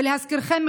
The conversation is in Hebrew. ולהזכירכם,